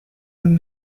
and